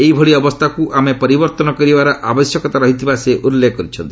ଏହିଭଳି ଅବସ୍ଥାକୁ ଆମେ ପରିବର୍ତ୍ତନ କରିବାର ଆବଶ୍ୟକତା ରହିଥିବା ସେ ଉଲ୍ଲେଖ କରିଛନ୍ତି